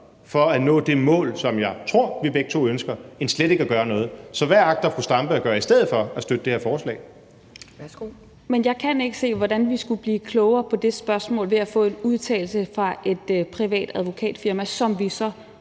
til at nå det mål, som jeg tror vi begge to ønsker, end slet ikke at gøre noget. Så hvad agter fru Zenia Stampe at gøre i stedet for at støtte det her forslag? Kl. 18:42 Anden næstformand (Pia Kjærsgaard): Værsgo. Kl. 18:42 Zenia Stampe (RV): Men jeg kan ikke se, hvordan vi skulle blive klogere på det spørgsmål ved at få en udtalelse fra et privat advokatfirma, som vi så